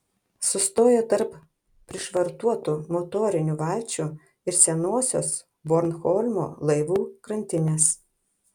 sustoja tarp prišvartuotų motorinių valčių ir senosios bornholmo laivų krantinės